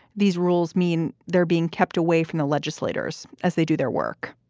these rules mean they're being kept away from the legislators as they do their work.